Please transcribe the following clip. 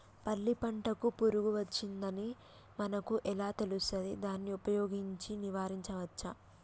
పల్లి పంటకు పురుగు వచ్చిందని మనకు ఎలా తెలుస్తది దాన్ని ఉపయోగించి నివారించవచ్చా?